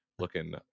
Looking